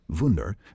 wunder